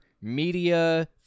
media